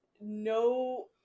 No